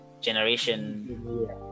generation